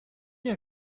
bien